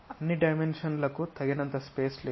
అన్ని డైమెన్షన్లకు తగినంత స్పేస్ లేదు